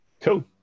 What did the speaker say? cool